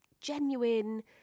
genuine